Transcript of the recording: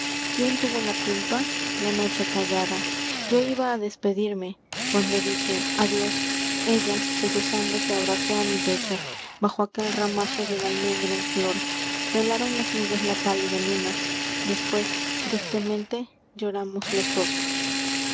quién tuvo la culpa la noche callada yo iba á despedirme cuando dije adiós se ella sollozando abrazó á mi pecho en bajo aquel ramaje del almendro velaron las nubes la flor pálida luna después tristemente lloramos los dos